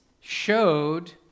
showed